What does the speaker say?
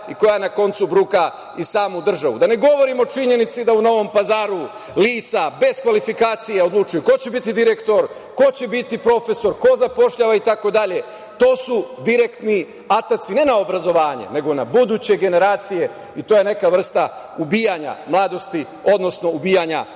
i koja na koncu bruka i samu državu. Da ne govorim o činjenici da u Novom Pazaru lica bez kvalifikacija odlučuju ko će biti direktor, ko će biti profesor, ko zapošljava itd. To su direktni ataci, ne na obrazovanje, nego na buduće generacije i to je neka vrsta ubijanja mladosti, odnosno ubijanja budućih